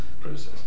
process